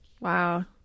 Wow